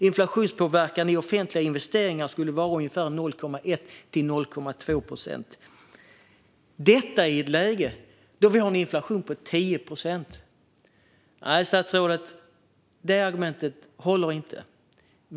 Inflationspåverkan i offentliga investeringar skulle vara ungefär 0,1-0,2 procent - detta i ett läge då vi har en inflation på 10 procent. Nej, statsrådet, det argumentet håller inte.